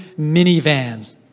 minivans